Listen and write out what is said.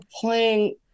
playing